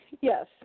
Yes